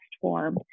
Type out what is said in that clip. form